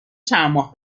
چندماه